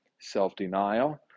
self-denial